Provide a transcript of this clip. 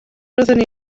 roeddwn